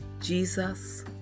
Jesus